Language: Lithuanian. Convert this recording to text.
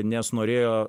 nes norėjo